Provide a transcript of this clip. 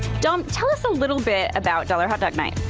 um tell us a little bit about dollar hotdog night.